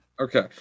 Okay